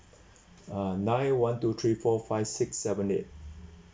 uh one two three four five six seven eight